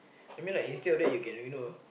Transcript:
I mean like instead of that you can you know